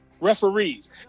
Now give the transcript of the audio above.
referees